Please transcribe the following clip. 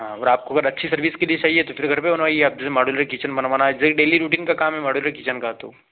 हाँ और आपको अगर अच्छी सर्विस के लिए सही है तो फिर घर पर बनवाइए आप जैसे माडुलर किचेन बनवाना है जो यह एक डेली रुटीन का काम है माडुलर किचेन का तो